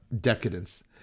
decadence